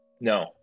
No